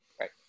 Right